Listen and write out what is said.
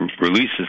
releases